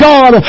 God